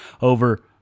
over